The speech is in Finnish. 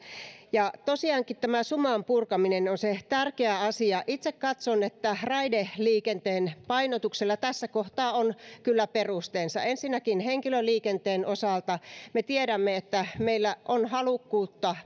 tosiaankin tämän suman purkaminen on tärkeä asia itse katson että raideliikenteen painotuksella tässä kohtaa on kyllä perusteensa ensinnäkin henkilöliikenteen osalta me tiedämme että meillä kaikilla on poliittista halukkuutta